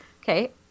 Okay